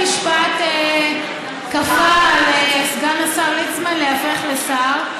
בית המשפט כפה על סגן השר ליצמן להיהפך לשר.